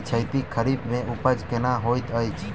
पिछैती खरीफ मे उपज केहन होइत अछि?